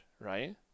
right